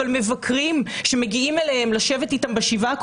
אבל מבקרים שמגיעים אליהם לשבת איתם בשבעה,